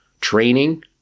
training